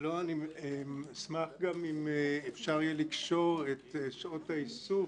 אני אשמח גם אם אפשר יהיה לקשור את שעות האיסוף